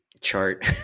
chart